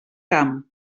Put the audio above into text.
camp